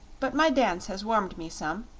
but my dance has warmed me some,